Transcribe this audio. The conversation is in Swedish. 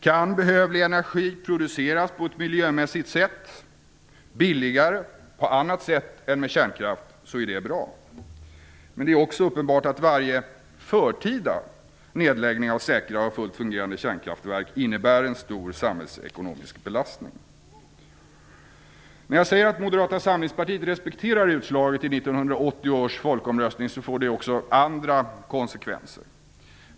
Kan behövlig energi produceras på ett miljömässigt sätt och billigare på annat sätt än med kärnkraft är det bra. Men det är också uppenbart att varje förtida nedläggning av säkra och fullt fungerande kärnkraftverk innebär en stor samhällsekonomisk belastning. När jag säger att Moderata samlingspartiet respekterar utslaget i 1980 års folkomröstning får det vissa konsekvenser.